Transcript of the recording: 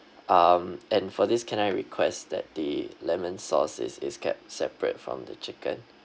um and for this can I request that the lemon sauce is is kept separate from the chicken